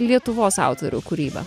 lietuvos autorių kūrybą